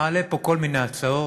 מעלה פה כל מיני הצעות: